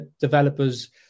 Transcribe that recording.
developers